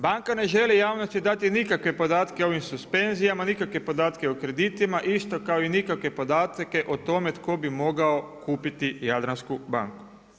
Banka ne želi javnosti nikakve podatke o ovim suspenzijama, nikakve podatke o kreditima, isto kao i nikakve podatke o tome tko bi mogao kupiti Jadransku banku.